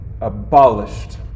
abolished